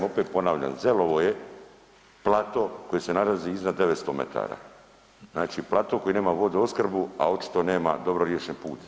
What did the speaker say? Opet ponavljam, Zelovo je plato koji se nalazi iznad 900 m. Znači plato koji nema vodoopskrbu, a očito nema dobro riješen put.